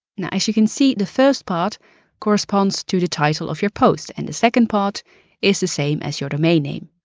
now, as you can see, the first part corresponds to the title of your post and the second part is the same as your domain name.